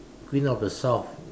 Queen of The South